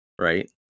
right